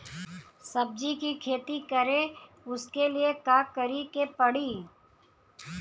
सब्जी की खेती करें उसके लिए का करिके पड़ी?